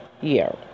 year